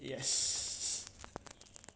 yes